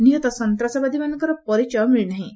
ନିହତ ସନ୍ତ୍ରାସବାଦୀମାନଙ୍କର ପରିଚୟ ମିଳି ନାହିଁ